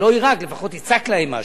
אם לא יירק, לפחות יצעק להן משהו.